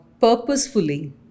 purposefully